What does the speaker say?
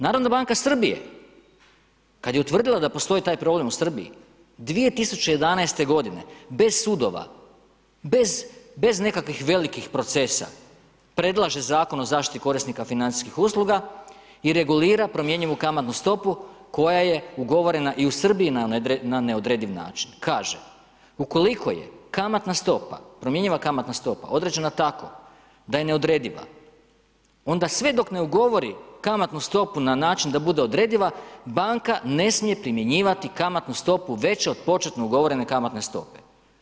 Narodna banka Srbije, kad je utvrdila da postoji taj problem u Srbiji, 2011. godine, bez sudova, bez nekakvih velikih procesa, predlaže Zakon o zaštiti korisnika financijskih usluga i regulira promjenjivu kamatnu stopu koja je ugovorena i u Srbiji na neodrediv način kaže: ukoliko je kamatna stopa, promjenjiva kamatna stopa određena tako da je neodrediva, onda sve dok ne ugovori kamatnu stopu na način da bude odrediva, banka ne smije primjenjivati kamatnu stopu veću od početno ugovorene kamatne stope.